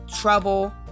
trouble